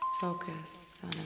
Focus